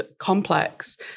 complex